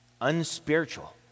unspiritual